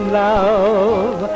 love